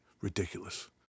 Ridiculous